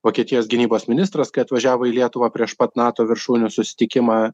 vokietijos gynybos ministras kai atvažiavo į lietuvą prieš pat nato viršūnių susitikimą